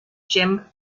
jim